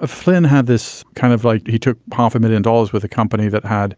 ah flynn had this kind of like he took half a million dollars with a company that had